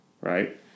right